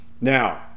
Now